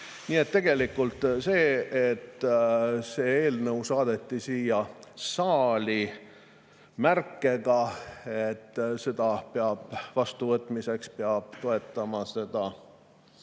Nii et tegelikult see, et see eelnõu saadeti siia saali märkega, et seda peab vastuvõtmiseks toetama